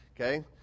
okay